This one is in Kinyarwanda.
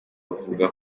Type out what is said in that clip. buvuga